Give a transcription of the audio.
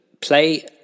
Play